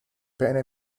pene